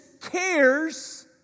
cares